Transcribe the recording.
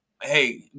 Hey